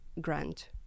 grant